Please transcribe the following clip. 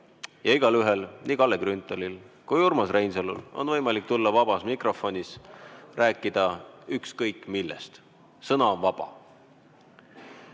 ja igaühel, nii Kalle Grünthalil kui ka Urmas Reinsalul, on võimalik tulla ja vabas mikrofonis rääkida ükskõik millest. Sõna on vaba.